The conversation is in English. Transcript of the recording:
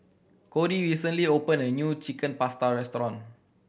Codi recently opened a new Chicken Pasta restaurant